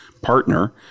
partner